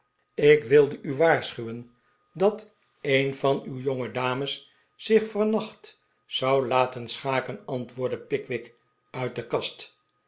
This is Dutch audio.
ik wilde u waarschuwen dat een van pickwick wordt b e vr i j d uw jongedames zich vannacht zou laten schaken antwoordde pickwick uit de kast